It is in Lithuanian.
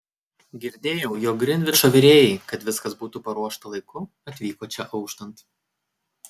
girdėjau jog grinvičo virėjai kad viskas būtų paruošta laiku atvyko čia auštant